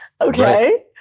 Okay